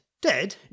Dead